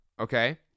okay